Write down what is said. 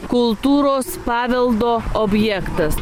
kultūros paveldo objektas